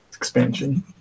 Expansion